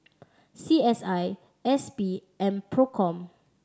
C S I S P and Procom